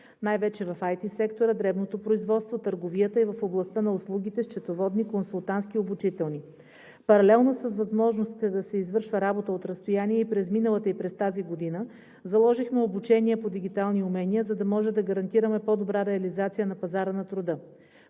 най-вече в IT сектора, дребното производство, търговията, в областта на услугите – счетоводни, консултантски и обучителни. Паралелно с възможностите да се извършва работа от разстояние – и през миналата, и през тази година, заложихме обучение по дигитални умения, за да може да гарантираме по-добра реализация на пазара на труда.